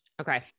Okay